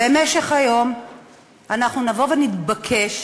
בהמשך היום אנחנו נבוא, נתבקש